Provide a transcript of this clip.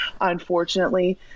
unfortunately